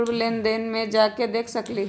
पूर्व लेन देन में जाके देखसकली ह?